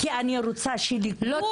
כי אני רוצה שלכולנו.